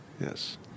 Yes